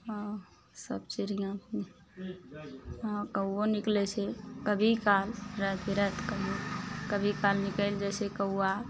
हँ सब चिड़ियाँ हँ कौओ निकलय छै कभी काल राति बिराति कौओ कभी काल निकलि जाइ छै कौओ